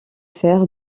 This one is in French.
fer